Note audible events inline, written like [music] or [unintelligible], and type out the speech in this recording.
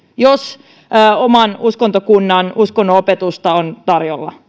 jos oman uskontokunnan uskonnonopetusta on tarjolla [unintelligible]